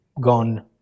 gone